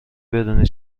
بدونی